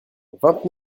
vingt